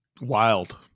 wild